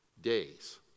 days